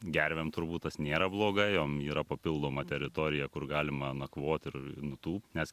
gervėm turbūt nėra blogai jom yra papildoma teritorija kur galima nakvot ir nutūpt nes